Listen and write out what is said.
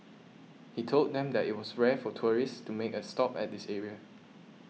he told them that it was rare for tourists to make a stop at this area